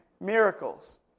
miracles